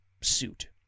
suit